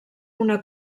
una